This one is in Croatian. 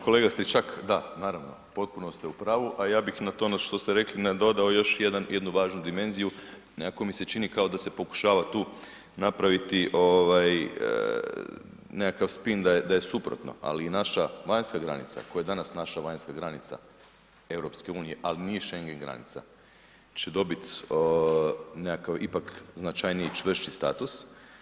Kolega Stričak, da naravno potpuno ste u pravu, a ja bih na to, ono što ste rekli nadodao još jednu važnu dimenziju nekako mi se čini kao da se pokušava tu napraviti ovaj nekakav spin da je suprotno, ali i naša vanjska granica koja je danas naša vanjska granica EU, ali nije Schengen granica će dobiti nekakav ipak značajniji, čvršći status.